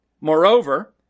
Moreover